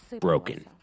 broken